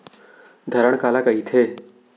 धरण काला कहिथे?